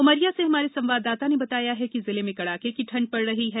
उमरिया से हमारे संवाददाता ने बताया है कि जिले में कड़ाके की ठंड पड़ रही है